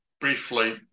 briefly